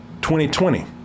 2020